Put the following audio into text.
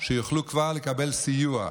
יוכלו כבר לקבל סיוע,